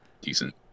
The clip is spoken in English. decent